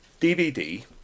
DVD